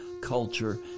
culture